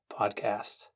podcast